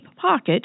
Pocket